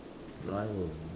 life will